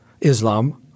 Islam